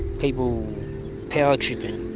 people power tripping.